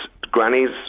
grannies